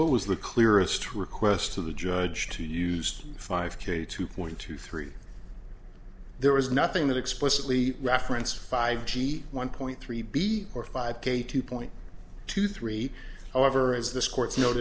what was the clearest request to the judge to use five k two point two three there was nothing that explicitly reference five g one point three b or five k two point two three however as this court's noted